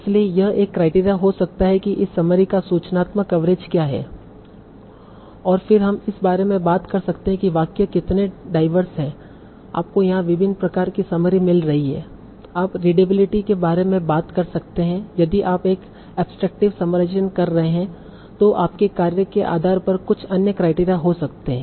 इसलिए यह एक क्राइटेरिया हो सकता है कि इस समरी का सूचनात्मक कवरेज क्या है और फिर हम इस बारे में बात कर सकते हैं कि वाक्य कितने डाईवर्स हैं आपको यहां विभिन्न प्रकार की समरी मिल रही हैं आप रीडएबिलिटी के बारे में बात कर सकते हैं यदि आप एक एब्सट्रैक्टटिव समराइजेशन कर रहे हैं तों आपके कार्य के आधार पर कुछ अन्य क्राइटेरिया हो सकते हैं